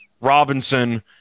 Robinson